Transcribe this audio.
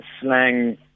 slang